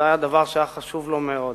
זה היה דבר שהיה חשוב לו מאוד.